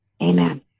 Amen